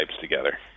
together